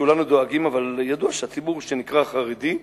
וכולנו דואגים, אבל ידוע שהציבור שנקרא חרדי,